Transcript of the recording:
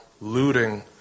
looting